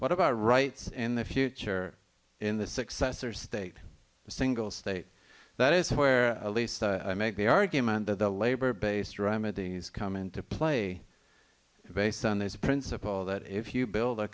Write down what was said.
what about rights in the future in the successor state a single state that is where at least i make the argument that the labor based remedies come into play based on this principle that if you build a